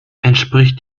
entspricht